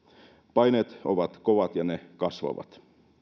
paineet ovat kovat ja ne kasvavat